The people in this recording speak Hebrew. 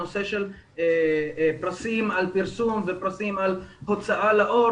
הנושא של פרסים על פרסום ופרסים על הוצאה לאור.